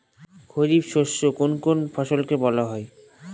খারিফ শস্য কোন কোন ফসলকে বলা হয়?